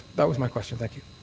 that was my question. thank you.